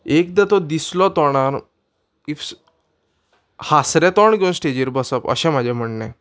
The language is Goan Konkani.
एकदा तो दिसलो तोंडार इफ हासरे तोंड घेवन स्टेजीर बसप अशें म्हाजें म्हणणें